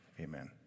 amen